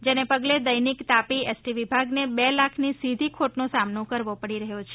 જને પગલે દૈનિકતાપી એસટી વિભાગને બે લાખની સીધી ખોટનો સામનો કરવો પડી રહ્યો છે